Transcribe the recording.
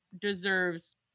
deserves